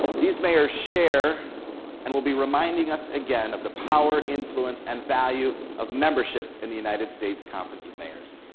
these mayors share and will be reminding us again of the power, influence, and value of membership in the united states conference of mayors,